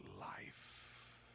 life